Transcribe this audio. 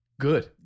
Good